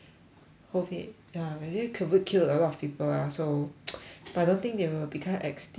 COVID ya by the way COVID kill like a lot of people ah so but I don't think they will become extinct